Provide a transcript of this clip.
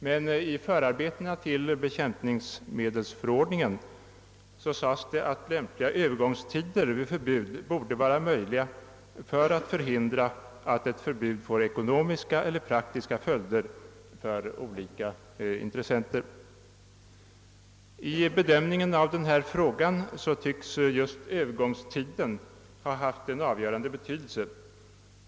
Men i förarbetena till bekämpningsmedelsförordningen sades, att lämpliga Öövergångstider vid förbud borde kunna bestämmas för att förhindra att ett förbud får ekonomiska eller praktiska följder för olika intressenter. Vid bedömningen av denna fråga tycks just övergångstiden ha haft avgörande betydelse.